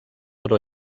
però